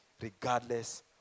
regardless